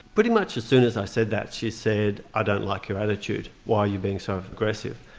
pretty much as soon as i said that she said i don't like your attitude, why are you being so aggressive.